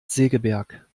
segeberg